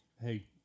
Hey